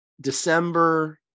December